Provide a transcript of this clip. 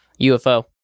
UFO